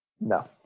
No